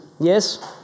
Yes